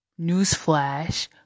Newsflash